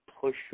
push